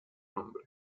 nombre